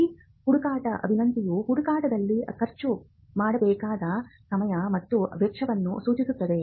ಈ ಹುಡುಕಾಟ ವಿನಂತಿಯು ಹುಡುಕಾಟದಲ್ಲಿ ಖರ್ಚು ಮಾಡಬೇಕಾದ ಸಮಯ ಮತ್ತು ವೆಚ್ಚವನ್ನು ಸೂಚಿಸುತ್ತದೆ